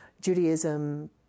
Judaism